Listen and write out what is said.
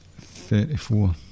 thirty-four